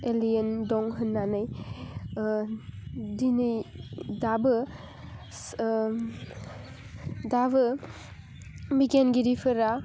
alien दं होननानै दिनै दाबो दाबो बिगियानगिरिफोरा